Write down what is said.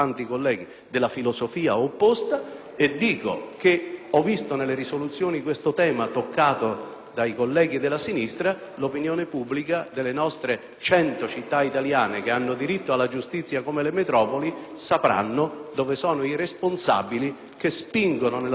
Aggiungo che ho visto che nelle risoluzioni questo tema è stato toccato dai colleghi della sinistra; l'opinione pubblica delle nostre 100 città, che hanno diritto alla giustizia come le metropoli, sapranno dove sono i responsabili che spingono nella direzione di depauperare le città